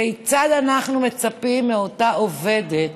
כיצד אנחנו מצפים מאותה עובדת